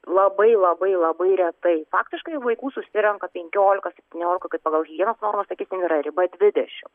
labai labai labai retai faktiškai vaikų susirenka penkiolika septyniolika tai pagal higienos normas sakysim yra riba dvidešim